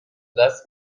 دست